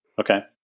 Okay